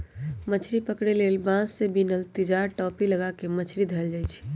मछरी पकरे लेल बांस से बिनल तिजार, टापि, लगा क मछरी धयले जाइ छइ